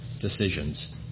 decisions